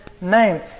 name